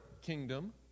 kingdom